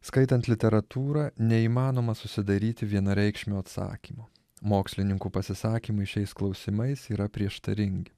skaitant literatūrą neįmanoma susidaryti vienareikšmio atsakymo mokslininkų pasisakymai šiais klausimais yra prieštaringi